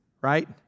right